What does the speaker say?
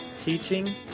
teaching